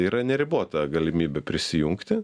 yra neribota galimybė prisijungti